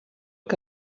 que